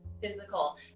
physical